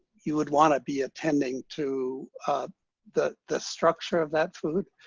you would want to be attending to the the structure of that food.